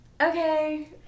okay